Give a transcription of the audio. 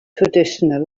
traditional